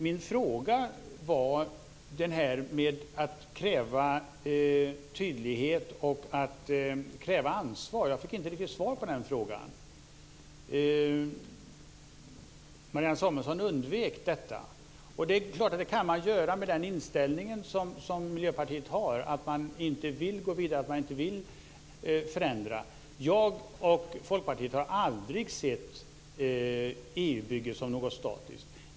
Min fråga gällde att kräva tydlighet och ansvar. Jag fick inte riktigt svar på den frågan. Marianne Samuelsson undvek frågan. Det kan man göra med den inställning Miljöpartiet har, dvs. att man inte vill gå vidare och förändra. Jag och Folkpartiet har aldrig sett EU-bygget som något statiskt.